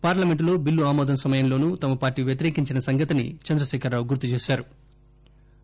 పార్లమెంటులో బిల్లు ఆమోదం సమయంలోనూ తమ పార్టీ వ్యతిరేకించిన సంగతిని చంద్రశేఖరరావు గుర్తు చేశారు